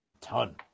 ton